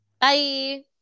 Bye